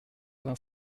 vingt